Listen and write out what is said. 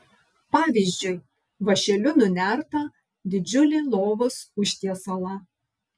pavyzdžiui vąšeliu nunertą didžiulį lovos užtiesalą